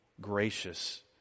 gracious